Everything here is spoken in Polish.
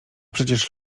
przecież